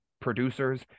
Producers